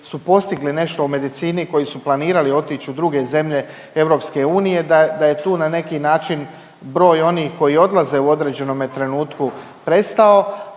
su postigli nešto u medicini, koji su planirali otić u druge zemlje EU, da, da je tu na neki način broj onih koji odlaze u određenome trenutku prestao,